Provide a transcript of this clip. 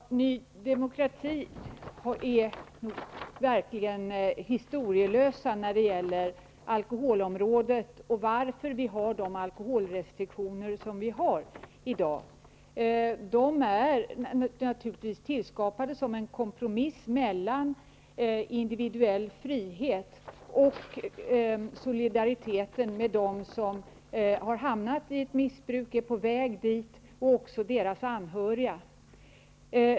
Herr talman! Ny demokrati är verkligen historielöst när det gäller alkoholområdet och varför vi har de alkoholrestriktioner vi har i dag. Restriktionerna är naturligtvis tillskapade som en kompromiss mellan individuell frihet och solidariteten med dem som hamnat i ett missbruk eller är på väg dit, och med deras anhöriga.